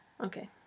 Okay